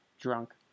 drunk